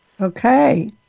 Okay